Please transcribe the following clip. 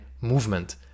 movement